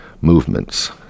movements